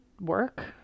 work